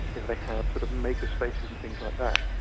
you know, they have sort of maker spaces and things like that,